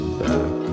back